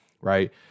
Right